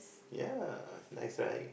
ya nice right